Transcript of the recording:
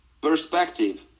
perspective